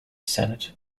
senate